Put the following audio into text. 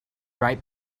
right